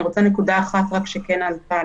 אני רוצה לציין רק נקודה אחת שכן עלתה.